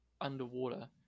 underwater